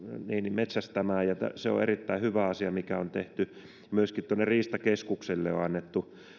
metsästämään ja se on erittäin hyvä asia mikä on tehty myöskin riistakeskukselle on annettu